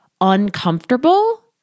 uncomfortable